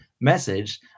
message